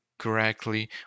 Correctly